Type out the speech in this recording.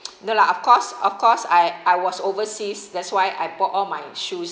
no lah of course of course I I was overseas that's why I bought all my shoes